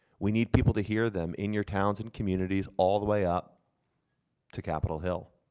we need people to hear them in your towns and communities all the way up to capitol hill.